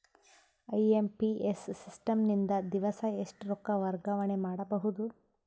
IMPS system ನಿಂದ ದಿವಸಾ ಎಷ್ಟ ರೊಕ್ಕ ವರ್ಗಾವಣೆ ಮಾಡಬಹುದು?